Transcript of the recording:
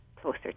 closer